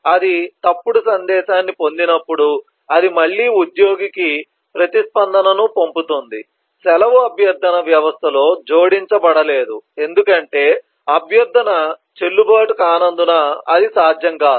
అది తప్పుడు సందేశాన్ని పొందినప్పుడు అది మళ్ళీ ఉద్యోగికి ప్రతిస్పందనను పంపుతుంది సెలవు అభ్యర్థన వ్యవస్థలో జోడించబడలేదు ఎందుకంటే అభ్యర్థన చెల్లుబాటు కానందున అది సాధ్యం కాదు